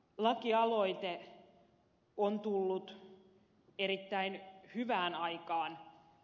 lakialoite on tullut erittäin hyvään aikaan